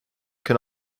can